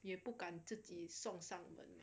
也不敢自己送上门